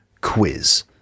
Quiz